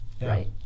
right